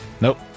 nope